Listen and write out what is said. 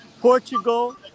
Portugal